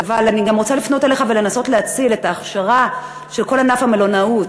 אבל אני גם רוצה לפנות אליך ולנסות להציל את ההכשרה של כל ענף המלונאות,